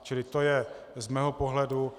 Čili to je z mého pohledu.